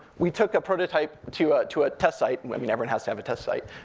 we took a prototype to ah to a test site. and i mean, everyone has to have a test site.